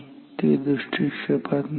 तर ते दृष्टिक्षेपात नाही